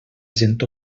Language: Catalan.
gent